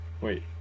wait